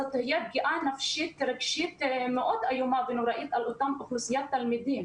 זאת תהיה פגיעה נפשית רגשית איומה ונוראית על אותה אוכלוסיית תלמידים.